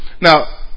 Now